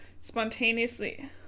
spontaneously